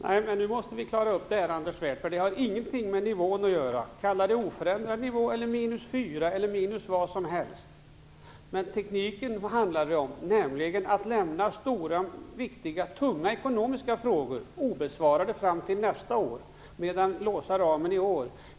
Herr talman! Nu måste vi klara upp detta, Anders Svärd! Det har ingenting med nivån att göra. Oavsett om man kallar det oförändrad nivå eller säger att vi drar in 4 miljarder är det tekniken det handlar om. Man lämnar stora viktiga tunga ekonomiska frågor obesvarade fram till nästa år medan man låser ramen i år.